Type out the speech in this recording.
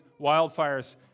wildfires